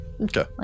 Okay